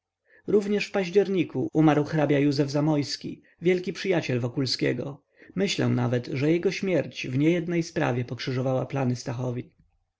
również w październiku umarł hr józef zamoyski wielki przyjaciel wokulskiego myślę nawet że jego śmierć w niejednej sprawie pokrzyżowała plany stachowi rok